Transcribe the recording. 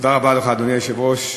אדוני היושב-ראש,